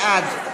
בעד